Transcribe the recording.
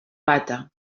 bata